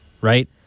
right